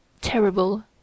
Terrible